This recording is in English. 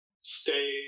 stay